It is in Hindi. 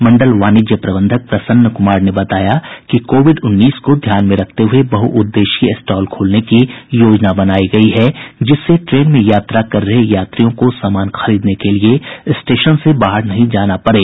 मंडल वाणिज्य प्रबंधक प्रसन्न कुमार ने बताया कि कोविड उन्नीस को ध्यान में रखते हुए बहुउद्देशीय स्टॉल खोलने की योजना बनायी गयी है जिससे ट्रेन में यात्रा कर रहे यात्रियों को सामान खरीदने के लिए स्टेशन से बाहर नहीं जाना पड़े